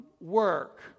work